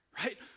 right